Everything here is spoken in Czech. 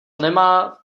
nemá